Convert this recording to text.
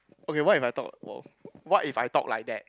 okay what if I talk !wow! what if I talk like that